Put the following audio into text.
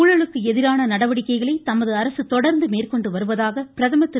ஊழலுக்கு எதிரான நடவடிக்கைகளை தமது அரசு தொடர்ந்து மேற்கொண்டு வருவதாக பிரதமர் திரு